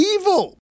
evil